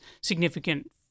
significant